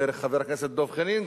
דרך חבר הכנסת דב חנין,